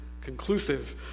conclusive